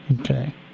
Okay